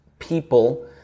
people